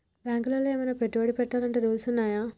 బ్యాంకులో ఏమన్నా పెట్టుబడి పెట్టాలంటే రూల్స్ ఉన్నయా?